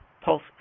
pulse